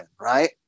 right